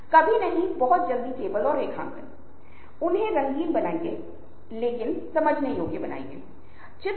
कुछ निश्चित चीजें कुछ घटनाएं अथवा स्थान संवेदनशील होते हैं